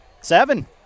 seven